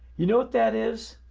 you know what that is?